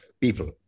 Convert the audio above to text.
people